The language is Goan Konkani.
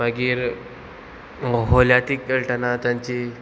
मागीर होलयाती खेळटना तांची